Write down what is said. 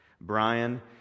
Brian